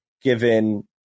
given –